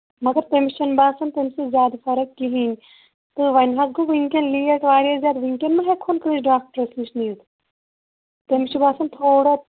مَگر تٔمِس چھَنہٕ باسان تَمہِ سۭتۍ زیادٕ فرق کِہیٖنٛۍ تہٕ وۅنۍ حظ گوٚو وُنکیٚن لیٹ واریاہ زیادٕ ؤنکیٚن ما ہیٚکہون کٲنٛسہِ ڈَاکٹرَس نِش نِتھ تٔمِس چھُ باسان تھوڑا